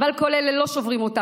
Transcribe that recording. אבל כל אלה לא שוברים אותנו.